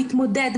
מתמודד,